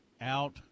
out